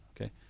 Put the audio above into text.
okay